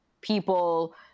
people